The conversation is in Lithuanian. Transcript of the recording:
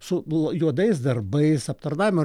su juodais darbais aptarnavimu